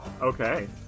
Okay